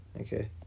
Okay